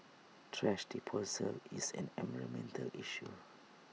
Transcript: thrash disposal is an environmental issue